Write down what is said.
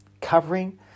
covering